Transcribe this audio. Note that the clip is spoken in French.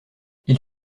ils